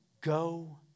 go